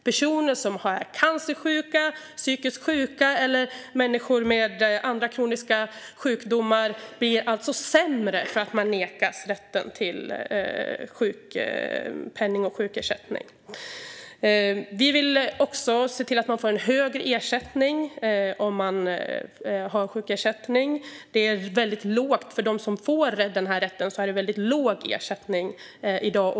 Personer som är cancersjuka, är psykiskt sjuka eller lider av andra kroniska sjukdomar blir alltså sämre för att de nekas rätten till sjukpenning och sjukersättning. Vi vill också se till att man får en högre ersättning om man har sjukersättning. För dem som får den här rätten är det i dag väldigt låg ersättning.